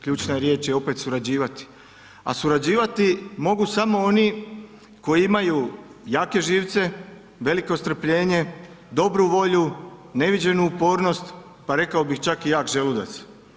Ključna riječ je opet surađivati, a surađivati mogu samo oni koji imaju jake živce, veliko strpljenje, dobru volju, neviđenu upornost, pa rekao bih čak i jak želudac.